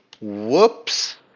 whoops